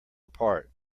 apart